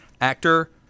actor